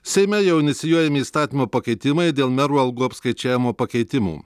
seime jau inicijuojami įstatymo pakeitimai dėl merų algų apskaičiavimo pakeitimų